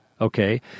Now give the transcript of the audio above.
Okay